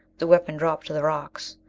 the weapon dropped to the rocks.